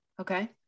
Okay